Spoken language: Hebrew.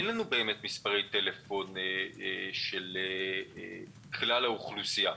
אין לנו באמת מספרי טלפון של כלל האוכלוסייה.